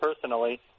personally